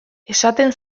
esaten